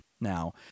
Now